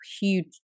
huge